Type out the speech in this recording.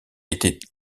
était